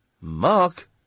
Mark